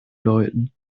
läuten